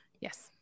yes